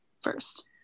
first